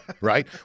right